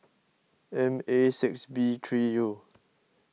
M A six B three U